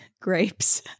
grapes